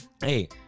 Hey